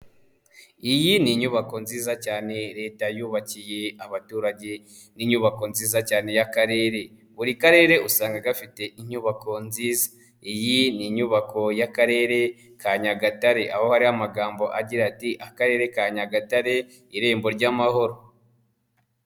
Iyi ni inyubako nziza cyane leta yubakiye abaturage. Ni inyubako nziza cyane y'akarere aho buri karere usanga gafite inyubako nziza. Iiyi ni inyubako y'akarere ka Nyagatare aho hariyo amagambo agira ati" akarere ka Nyagatare irembo ry'amahoro".